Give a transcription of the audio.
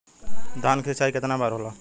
धान क सिंचाई कितना बार होला?